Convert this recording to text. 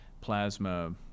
plasma